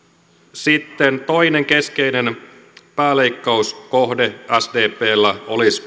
sitten toinen keskeinen pääleikkauskohde sdpllä olisi